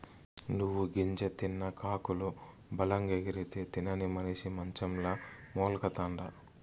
నువ్వు గింజ తిన్న కాకులు బలంగెగిరితే, తినని మనిసి మంచంల మూల్గతండా